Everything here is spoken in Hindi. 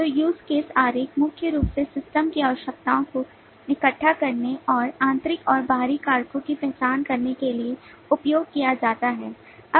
तो use case आरेख मुख्य रूप से सिस्टम की आवश्यकताओं को इकट्ठा करने और आंतरिक और बाहरी कारकों की पहचान करने के लिए उपयोग किया जाता है